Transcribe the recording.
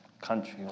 country